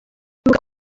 ibuka